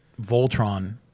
Voltron